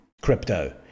crypto